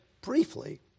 briefly